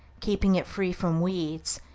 keeping it free from weeds,